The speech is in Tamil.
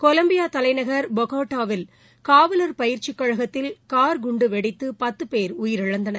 கொலம்பியா தலைநகர் பகோட்டாவில் காவலர் பயிற்சிக் கழகத்தில் கார் குண்டு வெடித்து பத்து பேர் உயிரிழந்தனர்